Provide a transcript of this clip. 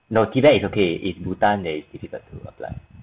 no tibet is okay its bhutan that is difficult to apply